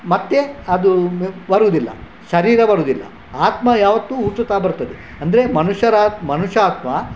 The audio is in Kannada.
ಮತ್ತೆ ಅದು ಬರೋದಿಲ್ಲ ಶರೀರ ಬರೋದಿಲ್ಲ ಆತ್ಮ ಯಾವತ್ತೂ ಹುಟ್ಟುತ್ತಾ ಬರ್ತದೆ ಅಂದರೆ ಮನುಷ್ಯರಾತ್ಮ ಮನುಷ್ಯ ಆತ್ಮ